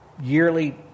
yearly